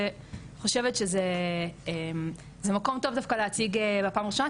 ואני חושבת שזה מקום טוב להשמיע בפעם הראשונה,